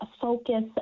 focus